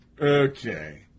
Okay